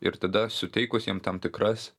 ir tada suteikus jiem tam tikras